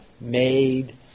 made